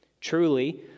Truly